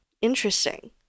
Interesting